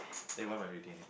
eh why am I reading this